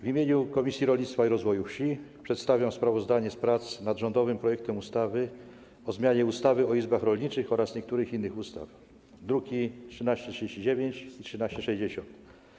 W imieniu Komisji Rolnictwa i Rozwoju Wsi przedstawiam sprawozdanie z prac nad rządowym projektem ustawy o zmianie ustawy o izbach rolniczych oraz niektórych innych ustaw, druki nr 1339 i 1360.